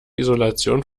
isolation